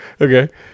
Okay